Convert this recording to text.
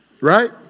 Right